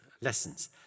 lessons